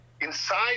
inside